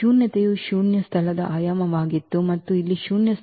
ಶೂನ್ಯತೆಯು ಶೂನ್ಯ ಸ್ಥಳದ ಆಯಾಮವಾಗಿತ್ತು ಮತ್ತು ಇಲ್ಲಿ ಶೂನ್ಯ ಸ್ಥಳವು ಈ